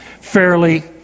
fairly